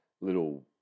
little